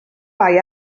bai